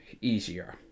easier